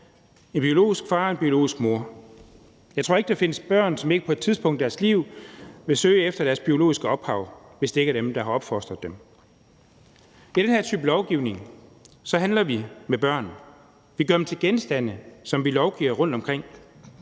en biologisk far og en biologisk mor. Jeg tror ikke, at der findes børn, som ikke på et tidspunkt i deres liv vil søge efter deres biologiske ophav, hvis det ikke er dem, der har opfostret dem. Med den her type lovgivning handler vi med børn. Vi gør dem til genstande, som vi lovgiver rundtomkring.